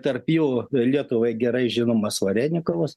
tarp jų lietuvai gerai žinomas varenikovas